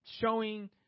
showing